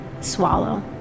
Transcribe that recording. swallow